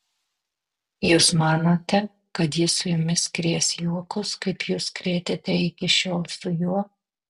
jūs manote kad jis su jumis krės juokus kaip jūs krėtėte iki šiol su juo